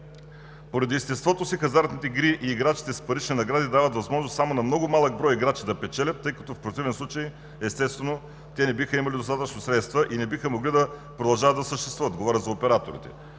Поради естеството си хазартните игри и игрите с парични награди дават възможност само на много малък брой играчи да печелят, тъй като в противен случай, естествено, те не биха имали достатъчно средства и не биха могли да продължават да съществуват – говоря за операторите.